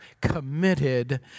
committed